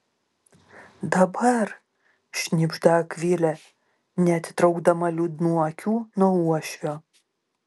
dabar šnibžda akvilė neatitraukdama liūdnų akių nuo uošvio